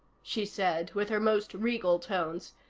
she said, with her most regal tones.